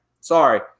Sorry